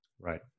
Right